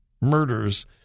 murders